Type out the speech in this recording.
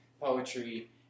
poetry